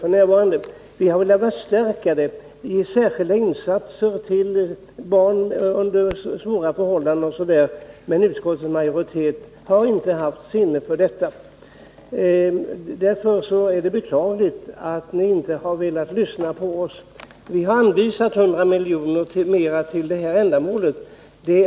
Vi har velat förstärka resurserna genom särskilda insatser till barn i svåra förhållanden, men utskottsmajoriteten har inte haft sinne för detta. Det är beklagligt att ni inte har velat lyssna på oss. Vi vill anvisa ytterligare 100 milj.kr. till detta ändamål.